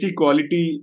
quality